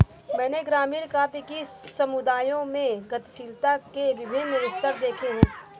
मैंने ग्रामीण काव्य कि समुदायों में गतिशीलता के विभिन्न स्तर देखे हैं